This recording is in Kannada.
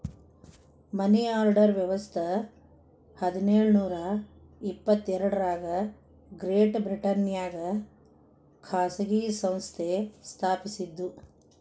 ಮನಿ ಆರ್ಡರ್ ವ್ಯವಸ್ಥ ಹದಿನೇಳು ನೂರ ಎಪ್ಪತ್ ಎರಡರಾಗ ಗ್ರೇಟ್ ಬ್ರಿಟನ್ನ್ಯಾಗ ಖಾಸಗಿ ಸಂಸ್ಥೆ ಸ್ಥಾಪಸಿದ್ದು